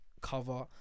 cover